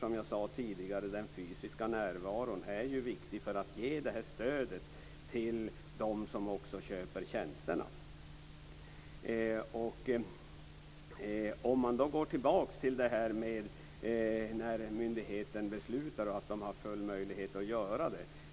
Som jag sade tidigare är den fysiska närvaron viktig när det gäller att ge det här stödet till dem som också köper tjänsterna. Vi kan gå tillbaka till detta med när myndigheten beslutar och att man har full möjlighet att göra det.